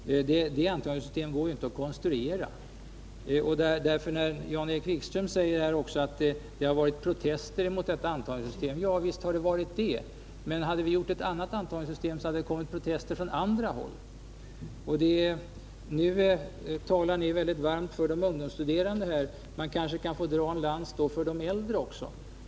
Det antagningssystemet går ju inte att konstruera. Jan-Erik Wikström säger att det har förekommit protester mot detta antagningssystem. Ja, visst har det kommit protester, men hade vi gjort ett annat system, hade det kommit protester från andra håll. Nu talar ni väldigt varmt om de ungdomsstuderande. Man kan kanske få dra en lans för de äldre också.